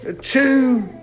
two